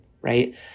right